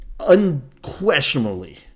unquestionably